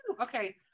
okay